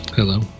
Hello